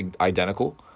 identical